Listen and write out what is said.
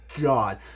God